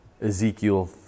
Ezekiel